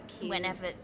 whenever